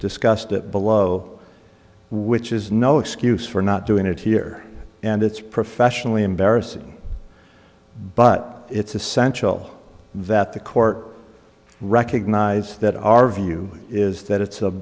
discussed it below which is no excuse for not doing it here and it's professionally embarrassing but it's essential that the court recognize that our view is that it's